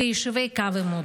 כיישובי קו עימות.